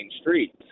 streets